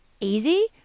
easy